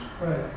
Right